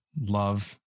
love